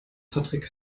patrick